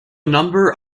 number